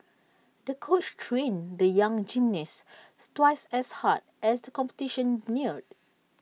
the coach trained the young gymnasts twice as hard as the competition neared